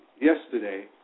yesterday